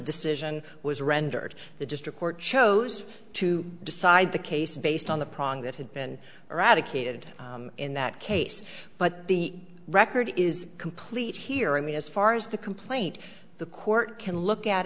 decision was rendered the district court chose to decide the case based on the pronk that had been eradicated in that case but the record is complete here i mean as far as the complaint the court can look at